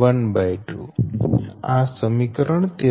|V2| 112 આ સમીકરણ 43 છે